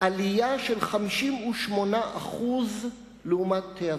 עלייה של 58% לעומת העבר,